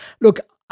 look